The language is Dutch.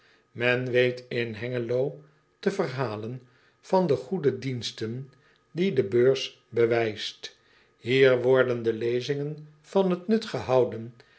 en weet in engelo te verhalen van de goede diensten die d e b e u r s bewijst ier worden de lezingen van het ut gehouden